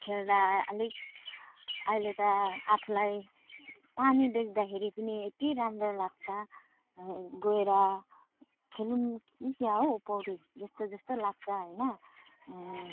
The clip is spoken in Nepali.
खेल्दा अलिक अहिले त आफूलाई पानी देख्दाखेरि पनि यति राम्रो लाग्छ गएर खेलौँ कि क्या हौ पोडी जस्तो जस्तो लाग्छ होइन